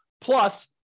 plus